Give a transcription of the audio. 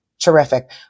terrific